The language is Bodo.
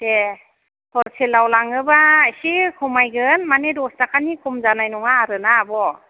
दे हलसेलाव लाङोबा एसे खमायगोन माने दस थाखानि खम जानाय नङा आरो ना आब'